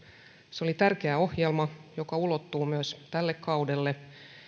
se oli tärkeä ohjelma joka ulottuu myös tälle kaudelle